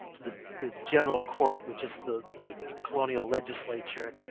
the the general court, which is the the colonial legislature